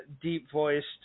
deep-voiced